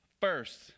first